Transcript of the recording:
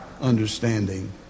understanding